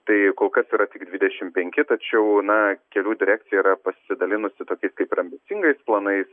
tai kas yra tik dvidešimt penki tačiau na kelių direkcija yra pasidalinusi tokiais kaip ir ambicingais planais